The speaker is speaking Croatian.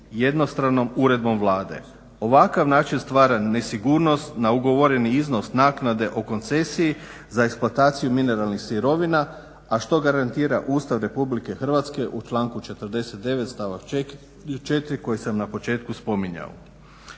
jednostranom uredbom Vlade. Ovakav način stvara nesigurnost na ugovoreni iznos na dogovoreni iznos naknade o koncesiji za insplataciju mineralnih sirovina a što garantira Ustav RH u članku 49. stavak 4. koji sam na početku spominjao.